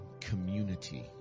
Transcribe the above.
community